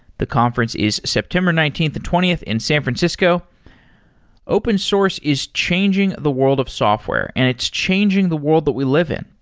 the conference is september nineteenth and twentieth in san francisco open source is changing the world of software and it's changing the world that we live in.